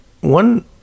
one